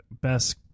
best